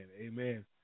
amen